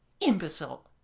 imbecile